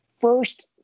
first